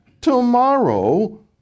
tomorrow